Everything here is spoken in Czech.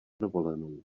dovolenou